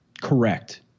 Correct